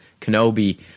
Kenobi